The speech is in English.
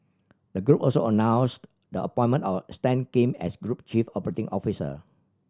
the group also announced the appointment of Stan Kim as group chief operating officer